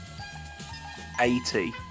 80